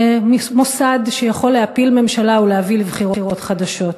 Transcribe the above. מוסד שיכול להפיל ממשלה ולהביא לבחירות חדשות.